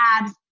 abs